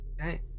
Okay